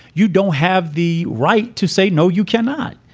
you don't have the right to say, no, you cannot.